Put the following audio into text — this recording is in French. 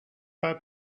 pas